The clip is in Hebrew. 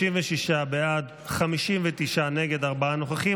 36 בעד, 59 נגד, ארבעה נוכחים.